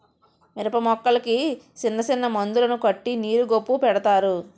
మిరపమొక్కలకి సిన్నసిన్న మందులను కట్టి నీరు గొప్పు పెడతారు